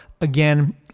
again